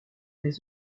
des